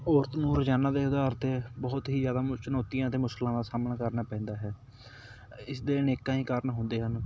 ਔਰਤ ਨੂੰ ਰੋਜ਼ਾਨਾ ਦੇ ਆਧਾਰ 'ਤੇ ਬਹੁਤ ਹੀ ਜ਼ਿਆਦਾ ਮੁਸ਼ ਚੁਣੌਤੀਆਂ ਅਤੇ ਮੁਸ਼ਕਲਾਂ ਦਾ ਸਾਹਮਣਾ ਕਰਨਾ ਪੈਂਦਾ ਹੈ ਇਸ ਦੇ ਅਨੇਕਾਂ ਹੀ ਕਾਰਨ ਹੁੰਦੇ ਹਨ